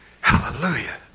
Hallelujah